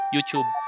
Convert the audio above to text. YouTube